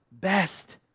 best